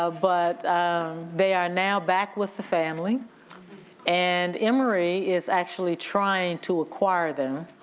ah but they are now back with the family and emory is actually trying to acquire them,